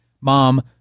Mom